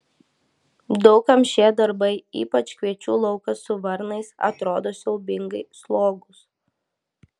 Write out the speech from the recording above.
daug kam šie darbai ypač kviečių laukas su varnais atrodo siaubingai slogūs